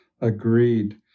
Agreed